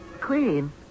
queen